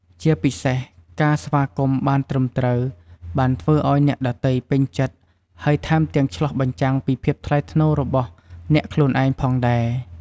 ជាពិសេសការស្វាគមន៍បានត្រឹមត្រូវ បានធ្វើឱ្យអ្នកដទៃពេញចិត្ត ហើយថែមទាំងឆ្លុះបញ្ចាំងពីភាពថ្លៃថ្នូររបស់អ្នកខ្លួនឯងផងដែរ។